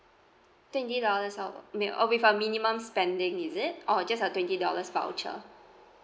twenty dollars off meal uh with a minimum spending is it or just a twenty dollars voucher